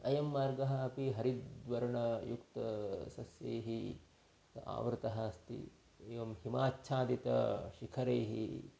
अयं मार्गः अपि हरिद्वर्णयुक्तसस्यैः आवृतः अस्ति एवं हिमाच्छादितैः शिखरैः